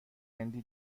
هندی